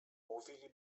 mówili